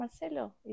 Marcelo